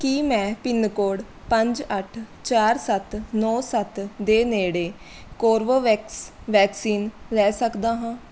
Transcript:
ਕੀ ਮੈਂ ਪਿੰਨਕੋਡ ਪੰਜ ਅੱਠ ਚਾਰ ਸੱਤ ਨੌ ਸੱਤ ਦੇ ਨੇੜੇ ਕੋਰਬੋਵੈਕਸ ਵੈਕਸੀਨ ਲੈ ਸਕਦਾ ਹਾਂ